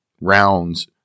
rounds